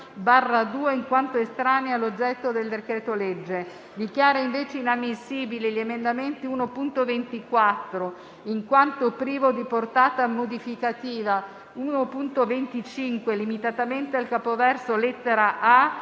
1.550/2 in quanto estranei all'oggetto del decreto-legge. Dichiara invece inammissibili gli emendamenti 1.24, in quanto privo di portata modificativa, 1.25, limitatamente al capoverso lettera